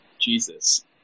Jesus